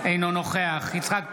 אינו נוכח יצחק פינדרוס,